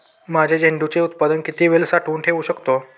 माझे झेंडूचे उत्पादन किती वेळ साठवून ठेवू शकतो?